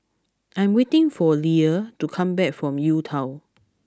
I am waiting for Liller to come back from U Town